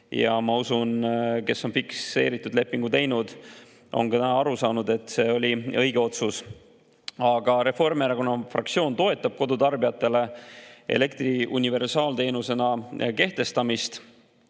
et need, kes on fikslepingu teinud, on aru saanud, et see oli õige otsus. Aga Reformierakonna fraktsioon toetab kodutarbijatele elektri universaalteenuse kehtestamist,